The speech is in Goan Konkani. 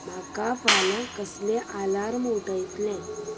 म्हाका फाल्यां कसले आलार्म उठयतले